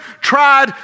tried